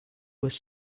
was